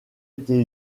été